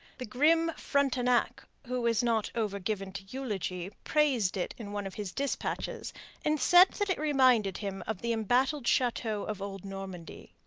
the grim frontenac, who was not over-given to eulogy, praised it in one of his dispatches and said that it reminded him of the embattled chateaux of old normandy.